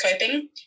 coping